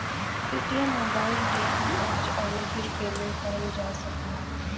Paytm mobile, DTH, आउर bill payment करल जा सकला